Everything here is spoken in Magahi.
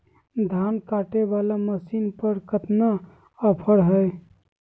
धान कटे बाला मसीन पर कतना ऑफर हाय?